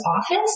office